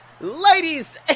Ladies